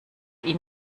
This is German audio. ihn